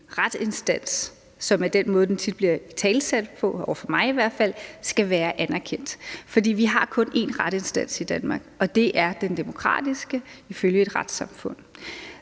en retsinstans, som er den måde, den tit bliver italesat på, i hvert fald over for mig, skal være anerkendt, for vi har kun én retsinstans i Danmark, og det er den demokratiske ifølge et retssamfund.